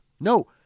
No